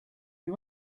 you